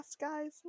guys